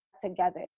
together